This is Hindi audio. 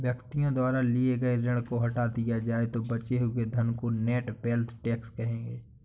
व्यक्ति द्वारा लिए गए ऋण को हटा दिया जाए तो बचे हुए धन को नेट वेल्थ टैक्स कहेंगे